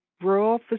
rural